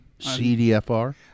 CDFR